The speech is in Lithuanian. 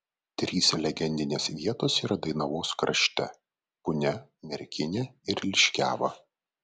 trys legendinės vietos yra dainavos krašte punia merkinė ir liškiava